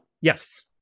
Yes